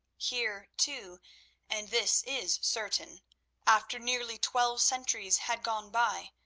here, too and this is certain after nearly twelve centuries had gone by,